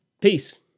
Peace